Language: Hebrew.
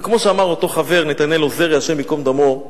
וכמו שאמר אותו חבר, נתנאל עוזרי, השם ייקום דמו: